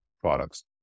products